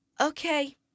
Okay